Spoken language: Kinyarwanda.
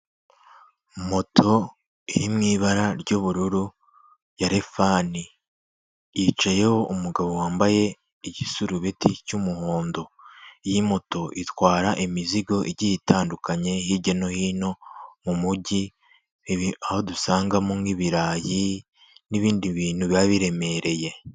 Moto iri mu ibara ry'ubururu ya rifani, yicayeho umugabo wambaye igisarubeti cy'umuhondo, iyi moto itwara imizigo igiye itandukanye hirya no hino mu mujyi aho dusangamo nk'ibirayi n'ibindi bintu biba biremereye.